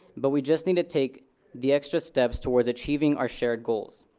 but we just need to take the extra steps towards achieving our shared goals.